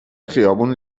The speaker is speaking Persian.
خیابون